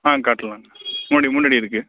ஆ காட்டலாம்ங்க முன்னாடி முன்னாடி இருக்குது